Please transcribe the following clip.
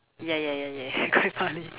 ya ya ya ya quite funny